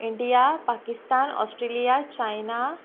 India Pakistan Australia China